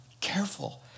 careful